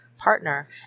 Partner